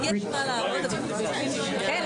ננעלה בשעה 14:45.